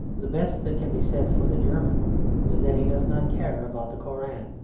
the best that can be said for the german is that he does not care about the koran,